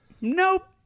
Nope